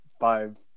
five